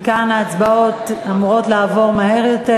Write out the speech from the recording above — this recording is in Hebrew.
מכאן ההצבעות אמורות לעבור מהר יותר.